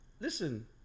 Listen